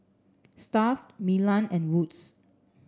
Stuff Milan and Wood's